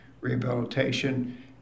rehabilitation